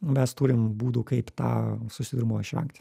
mes turim būdų kaip tą susidūrimo išvengti